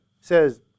says